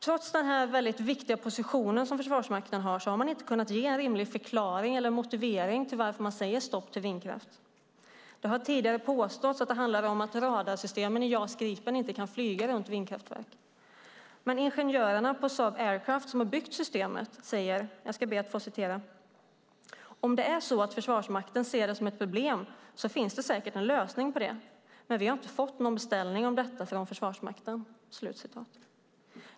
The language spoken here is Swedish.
Trots den viktiga position som Försvarsmakten har här har man inte kunnat ge en rimlig förklaring eller motivering till varför man säger stopp till vindkraft. Det har tidigare påståtts att det handlar om att radarsystemen i JAS Gripen inte kan flyga runt vindkraftverk, men ingenjörerna på Saab Aircraft, som byggt systemet, säger: Om det är så att Försvarsmakten ser det som ett problem finns det säkert en lösning på det, men vi har inte fått någon beställning om detta från Försvarsmakten.